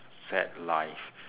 sad life